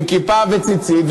עם כיפה וציצית,